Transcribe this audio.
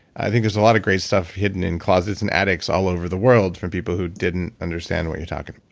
i think there's a lot of great stuff hidden in closets and attics all over the world from people who didn't understand what you're talking.